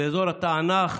באזור תענך,